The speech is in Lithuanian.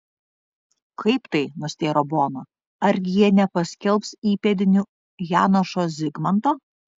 kaip tai nustėro bona argi jie nepaskelbs įpėdiniu janošo zigmanto